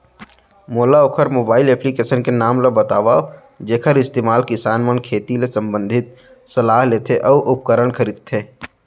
मोला वोकर mobile application के नाम ल बतावव जेखर इस्तेमाल किसान मन खेती ले संबंधित सलाह लेथे अऊ उपकरण खरीदथे?